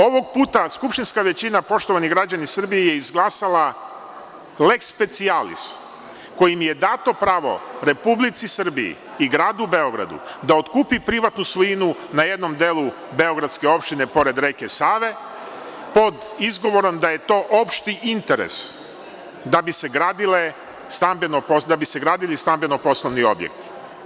Ovog puta skupštinska većina, poštovani građani Srbije, izglasala je lex specialis, kojim je dato pravo Republici Srbiji i Gradu Beogradu da otkupi privatnu svojinu na jednom delu beogradske opštine pored reke Save, pod izgovorom da je to opšti interes da bi se gradili stambeno poslovni objekti.